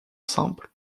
simple